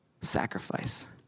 sacrifice